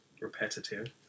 repetitive